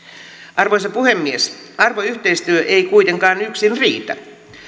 arvoisa puhemies arvoyhteistyö ei kuitenkaan yksin riitä